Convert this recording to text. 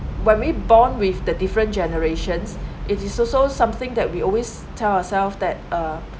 when we born with the different generations it is also something that we always tell ourself that uh